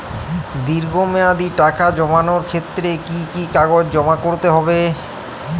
দীর্ঘ মেয়াদি টাকা জমানোর ক্ষেত্রে কি কি কাগজ জমা করতে হবে?